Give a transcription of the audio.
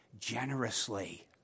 generously